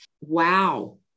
Wow